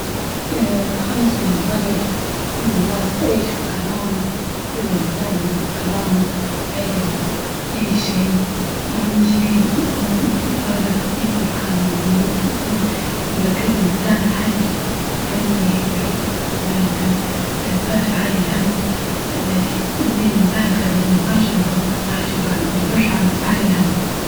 أكيد اللغة اليابانية حب ثقافتهم وزايد يسهل لي التواصل مع التكنولوجيا والأنمي لن ينال وأكيد طبعا اليابانية اليابان هي أساس الأنيميا فانين باش نتعلم ثقافة زايدة عنهم